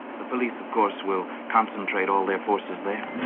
the police of course will concentrate all their forces there.